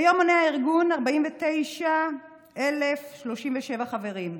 כיום מונה הארגון 49,037 חברים.